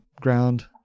ground